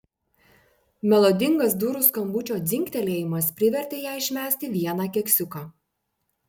melodingas durų skambučio dzingtelėjimas privertė ją išmesti vieną keksiuką